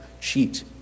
cheat